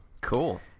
Cool